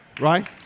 right